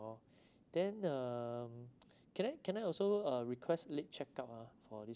then um can I can I also uh request late check out ah for this